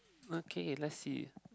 okay let's see